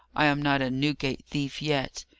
i am not a newgate thief, yet.